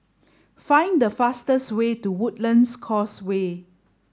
find the fastest way to Woodlands Causeway